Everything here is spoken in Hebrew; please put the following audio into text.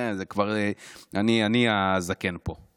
כבר אני הזקן פה.